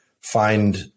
find